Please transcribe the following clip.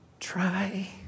Try